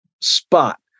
spot